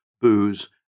booze